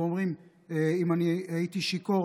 ואומרים: אני הייתי שיכור,